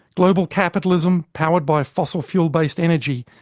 global capitalism, powered by fossil-fuel based energy,